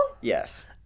yes